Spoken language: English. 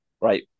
Right